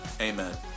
Amen